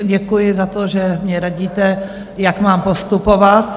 Děkuji za to, že mně radíte, jak mám postupovat.